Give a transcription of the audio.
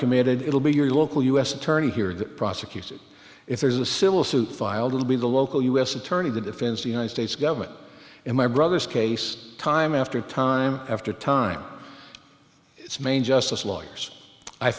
committed it will be your local u s attorney here that prosecuted if there's a civil suit filed it'll be the local u s attorney the defense the united states government in my brother's case time after time after time it's main justice lawyers i